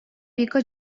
вика